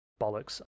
bollocks